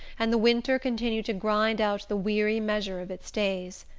and the winter continued to grind out the weary measure of its days.